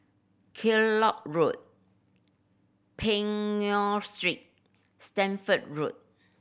Kellock Road Peng Nguan Street Stamford Road